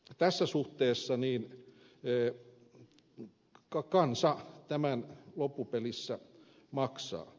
tässä suhteessa kansa tämän loppupelissä maksaa